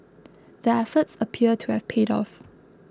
the efforts appear to have paid off